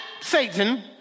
Satan